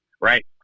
right